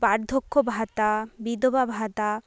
বার্ধক্য ভাতা বিধবা ভাতা